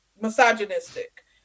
misogynistic